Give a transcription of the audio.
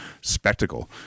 spectacle